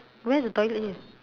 where's the toilet here